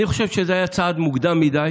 אני חושב שזה היה צעד מוקדם מדי